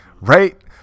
right